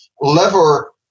lever